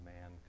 Man